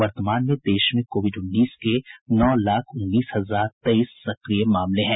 वर्तमान में देश में कोविड उन्नीस के नौ लाख उन्नीस हजार तेईस सक्रिय मामले हैं